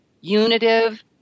unitive